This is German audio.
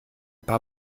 paar